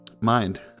mind